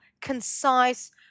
concise